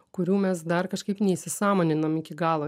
kurių mes dar kažkaip neįsisąmoninam iki galo